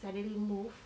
suddenly move